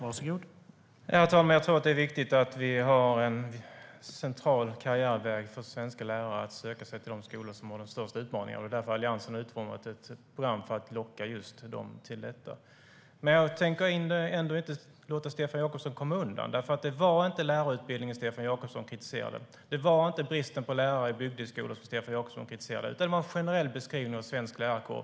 Herr talman! Jag tror att det är viktigt att vi har en central karriärväg för svenska lärare att söka sig till de skolor som har de största utmaningarna. Därför har Alliansen utformat ett program för att locka dem till detta. Jag tänker dock inte låta Stefan Jakobsson komma undan. Det var nämligen inte lärarutbildningen Stefan Jakobsson kritiserade, och det var inte bristen på lärare i bygdeskolor Stefan Jakobsson kritiserade. Han gav i stället en generell beskrivning av svensk lärarkår.